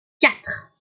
quatre